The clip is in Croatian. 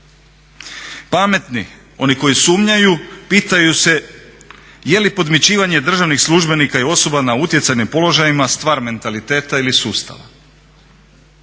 Pametni, oni koji sumnjaju, pitaju se je li podmićivanje državnih službenika i osoba na utjecajnim položajima stvar mentaliteta ili sustava.